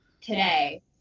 today